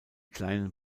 kleinen